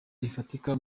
rifatika